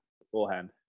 beforehand